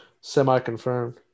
semi-confirmed